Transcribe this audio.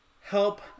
help